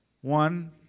One